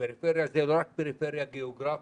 ופריפריה זה לא רק פריפריה גיאוגרפית,